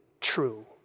true